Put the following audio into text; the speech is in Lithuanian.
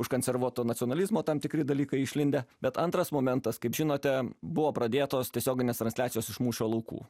užkonservuoto nacionalizmo tam tikri dalykai išlindę bet antras momentas kaip žinote buvo pradėtos tiesioginės transliacijos iš mūšio laukų